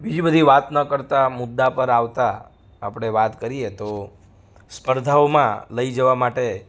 બીજી બધી વાત ન કરતા મુદ્દા પર આવતા આપણે વાત કરીએ તો સ્પર્ધોઓમાં લઈ જવા માટે